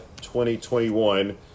2021